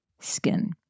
skin